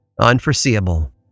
unforeseeable